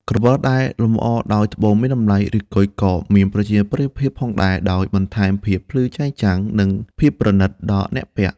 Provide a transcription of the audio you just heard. ក្រវិលដែលលម្អដោយត្បូងមានតម្លៃ ឬគុជ ក៏មានប្រជាប្រិយភាពផងដែរ ដោយបន្ថែមភាពភ្លឺចែងចាំង និងភាពប្រណីតដល់អ្នកពាក់។